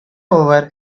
over